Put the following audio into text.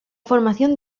formación